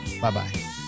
Bye-bye